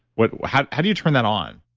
but how have you turned that on?